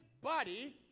body